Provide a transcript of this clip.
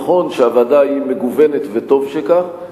נכון שהוועדה היא מגוונת וטוב שכך,